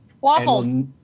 Waffles